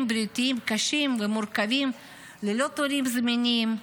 בריאותיים קשים ומורכבים ללא תורים זמינים,